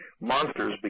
monsters